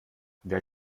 wer